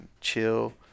chill